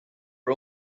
are